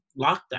lockdown